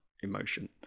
emotion